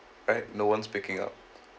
right no one's picking up